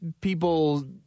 people